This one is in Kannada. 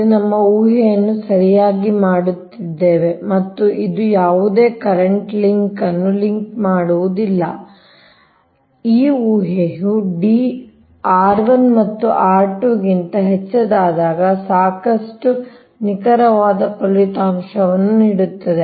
ಇದು ನಾವು ಊಹೆಯನ್ನು ಸರಿಯಾಗಿ ಮಾಡುತ್ತಿದ್ದೇವೆ ಮತ್ತು ಇದು ಯಾವುದೇ ಕರೆಂಟ್ ಲಿಂಕ್ ಅನ್ನು ಲಿಂಕ್ ಮಾಡುವುದಿಲ್ಲ ಈ ಊಹೆಯು D r1 ಮತ್ತು r2 ಗಿಂತ ಹೆಚ್ಚಾದಾಗ ಸಾಕಷ್ಟು ನಿಖರವಾದ ಫಲಿತಾಂಶವನ್ನು ನೀಡುತ್ತದೆ